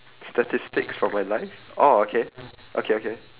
statistics from my life orh okay okay okay